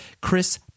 Chris